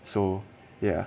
so ya